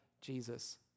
Jesus